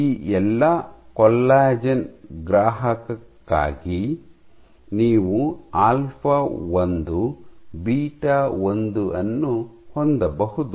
ಈ ಎಲ್ಲಾ ಕೊಲ್ಲಾಜೆನ್ ಗ್ರಾಹಕಕ್ಕಾಗಿ ನೀವು ಆಲ್ಫಾ 1 ಬೀಟಾ 1 ಅನ್ನು ಹೊಂದಬಹುದು